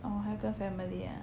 orh 他要跟 family ah